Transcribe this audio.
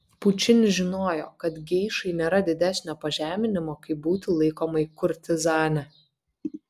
pučinis žinojo kad geišai nėra didesnio pažeminimo kaip būti laikomai kurtizane